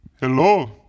Hello